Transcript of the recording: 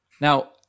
Now